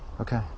Okay